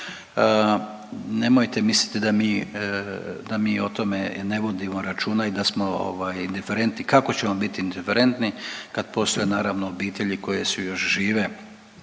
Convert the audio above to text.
Nemojte misliti da mi o tome ne vodimo računa i da smo indiferentni. Kako ćemo biti indiferentni kad postoje naravno obitelji koje su još žive